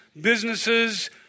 businesses